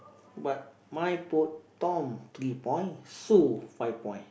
but my put Tom three point Sue five point